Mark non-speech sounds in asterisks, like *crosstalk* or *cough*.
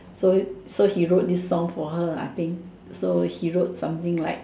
*breath* so so he wrote this song for her I think so he wrote something like